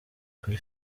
kuri